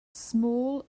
small